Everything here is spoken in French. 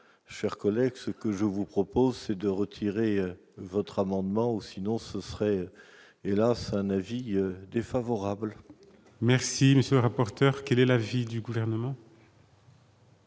chers collègues, ce que je vous propose, c'est de retirer votre amendement ou sinon ce serait hélas un avis défavorable. Merci, monsieur le rapporteur, qui de l'avis du gouvernement.